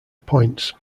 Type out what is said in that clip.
points